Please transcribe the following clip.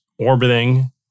orbiting